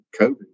covid